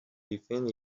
defend